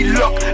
look